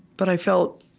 but i felt,